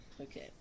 Okay